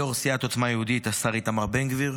יו"ר סיעת עוצמה יהודית השר איתמר בן גביר,